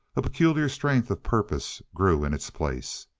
a peculiar strength of purpose grew in its place.